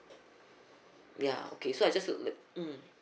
ya okay so I just look the mm